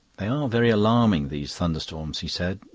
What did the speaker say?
they are very alarming, these thunderstorms, he said,